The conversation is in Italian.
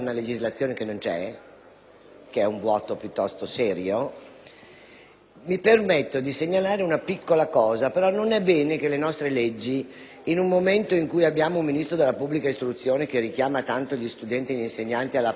mi permetto di segnalare un punto. Non va bene che le nostre leggi - in un momento in cui il Ministro della pubblica istruzione richiama tanto gli studenti e gli insegnanti alla preparazione e alla serietà - escano con un anacoluto grande come una casa.